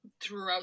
throughout